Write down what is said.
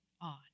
on